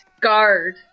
guard